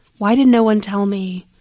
why did no one tell me?